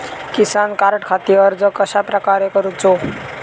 किसान कार्डखाती अर्ज कश्याप्रकारे करूचो?